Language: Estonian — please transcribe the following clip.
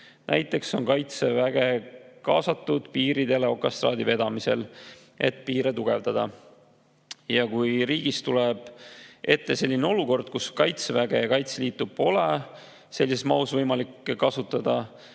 Näiteks on Kaitseväge kaasatud piirile okastraadi vedamisel, et piiri tugevdada. Ja kuna riigis [võib] tekkida selline olukord, kus Kaitseväge ja Kaitseliitu pole [vajalikus] mahus võimalik kasutada,